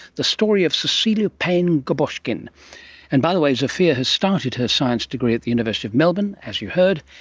the story of cecilia payne-gaposchkin. and by the way, zofia has started her science degree at the university of melbourne, as you heard,